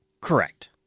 Correct